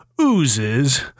oozes